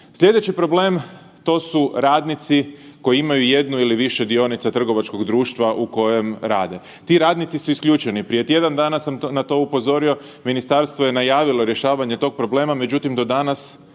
Slijedeći problem to su radnici koji imaju jednu ili više dionica trgovačkog društva u kojem rade. Ti radnici su isključeni, prije tjedan dana sam na to upozorio, ministarstvo je najavilo rješavanje tog problema, međutim do danas